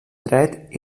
dret